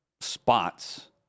spots